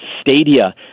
Stadia